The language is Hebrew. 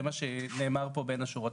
זה מה שנאמר פה בין השורות.